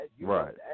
Right